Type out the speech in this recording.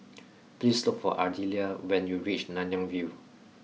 please look for Ardelia when you reach Nanyang View